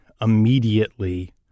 immediately